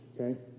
Okay